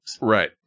Right